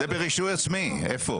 זה ברישוי עצמי, איפה?